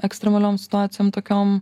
ekstremaliom situacijom tokiom